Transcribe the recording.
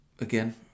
Again